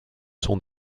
son